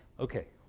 ok,